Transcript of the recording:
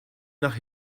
nach